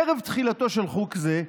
"ערב תחילתו של חוק זה,